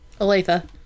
Aletha